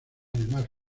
además